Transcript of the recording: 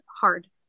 hard